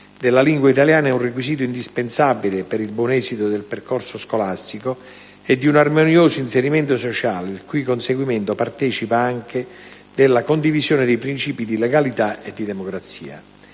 della lingua italiana è un requisito indispensabile per il buon esito del percorso scolastico e di un armonioso inserimento sociale, il cui conseguimento partecipa anche della condivisione dei principi di legalità e di democrazia.